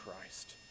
Christ